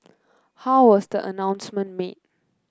how was the announcement made